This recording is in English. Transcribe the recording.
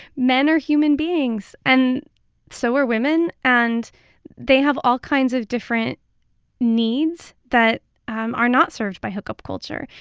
men are human beings and so are women. and they have all kinds of different needs that um are not served by hookup culture.